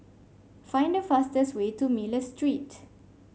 find the fastest way to Miller Street